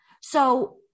So-